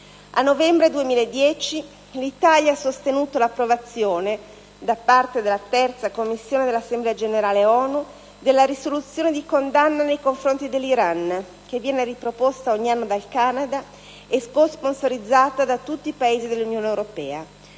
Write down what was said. A novembre 2010 l'Italia ha sostenuto l'approvazione, da parte della Terza Commissione dell'Assemblea generale dell'ONU, della risoluzione di condanna nei confronti dell'Iran, che viene riproposta ogni anno dal Canada e co-sponsorizzata da tutti i Paesi UE.